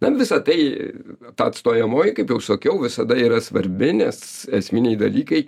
ten visa tai ta atstojamoji kaip jau sakiau visada yra svarbi nes esminiai dalykai